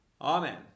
Amen